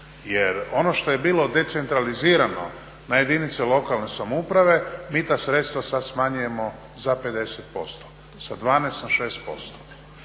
jer ono što je bilo decentralizirano na jedinice lokalne samouprave, mi ta sredstva sad smanjujemo za 50%, sa 12 na 6%.